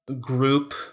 group